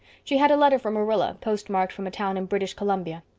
she had a letter for marilla, postmarked from a town in british columbia.